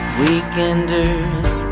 weekenders